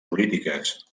polítiques